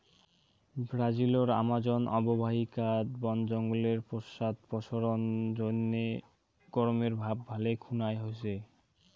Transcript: ব্রাজিলর আমাজন অববাহিকাত বন জঙ্গলের পশ্চাদপসরণ জইন্যে গরমের ভাব ভালে খুনায় হইচে